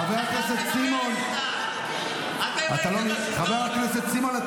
חבר הכנסת סימון, חבר הכנסת סימון.